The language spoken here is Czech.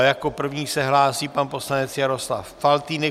Jako první se hlásí pan poslanec Jaroslav Faltýnek.